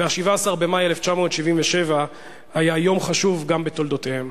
17 במאי 1977 היה יום חשוב גם בתולדותיהם.